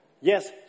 Yes